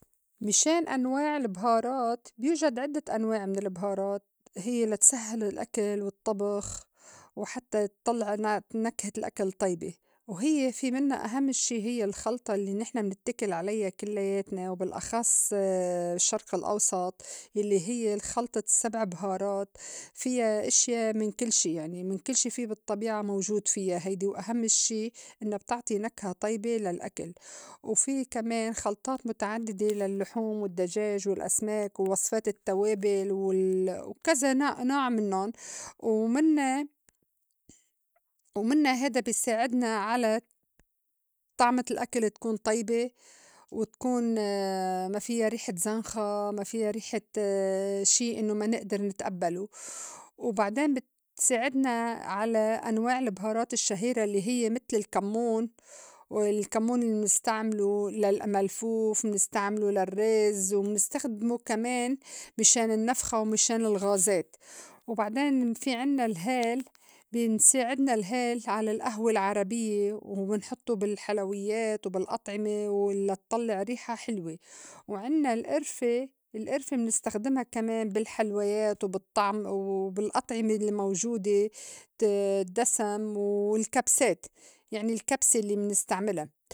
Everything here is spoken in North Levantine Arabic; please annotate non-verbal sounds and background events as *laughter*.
مِشان أنواع البهارات بيوجد عدّة أنواع من البهارات هيّ لا تسهّل الأكل والطّبخ وحتّى تطلّع ن- نكهة الأكل طيبة. وهيّ في منّا أهم شّي هيّ الخلطة الّي نحن منتّكل عليا كلّياتنا وبالأخص *hesitation* الشّرق الأوسط يلّي هيّ الخلطة السّبع بهارات، فيّا اشيا من كل شي يعني من كل شي في بالطّبيعة موجود فيّا هيدي وأهمّ شي إنّا بتعطي نكهة طيبة للأكل. وفي كمان خلْطات مُتعدّدة للّحوم، *noise* والدّجاج، والأسماك، وصفات التّوابل وال- كذا نوع- نوع منُّن ومِنّا- *noise* ومِنّا هيدا بي ساعدنا على طعمة الأكل تكون طيبة وتكون *hesitation* ما فيّا ريحة زنخة، ما فيّا ريحة *hesitation* شي إنّو ما نئدر نتقبله. وبعدين بتساعدنا على أنواع البهارات الشّهيرة الّي هيّ متل الكمّون والكمّون منستعمله للملفوف، منستعمله للرّز، ومنستخدمه كمان مِشان النّفخة ومِشان الغازات. وبعدين في عنّا الهال *noise* بنساعدنا الهال على القهوة العربيّة، ومنحطّه بالحلويّات، وبالأطعمة ولطلّع ريحة حلوة. وعنّا القرفة، القرفة منستخدما كمان بالحلويات، وبالطّعم- وبالأطعمة الموجودة الدّسم، والكبسات يعني الكبسة الّي منستعملا.